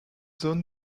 zone